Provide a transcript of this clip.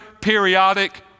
periodic